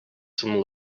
some